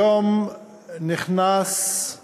היום נכנסו